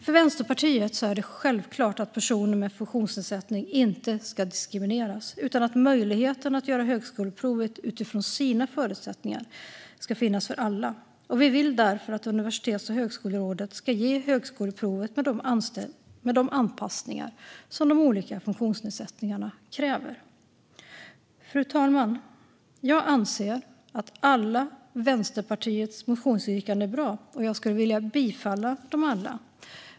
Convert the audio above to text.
För Vänsterpartiet är det självklart att personer med funktionsnedsättning inte ska diskrimineras. Möjligheten att göra högskoleprovet utifrån sina förutsättningar ska finnas för alla. Vi vill därför att Universitets och högskolerådet ska anordna högskoleprovet med de anpassningar som olika funktionsnedsättningar kräver. Fru talman! Jag anser att alla Vänsterpartiets motionsyrkanden är bra, och jag skulle vilja yrka bifall till alla.